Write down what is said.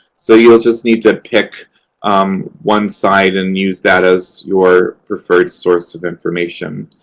so you will just need to pick um one side and use that as your preferred source of information.